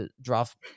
draft